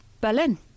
Berlin